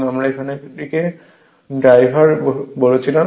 আমরা এটাকে ড্রাইভার বলেছিলাম